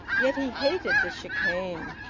yet he hated the chicane.